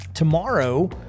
Tomorrow